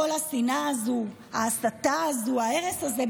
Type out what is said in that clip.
כל השנאה הזאת, ההסתה הזאת, ההרס הזה?